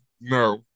No